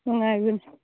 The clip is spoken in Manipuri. ꯅꯨꯡꯉꯥꯏꯕꯅꯤ